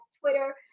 Twitter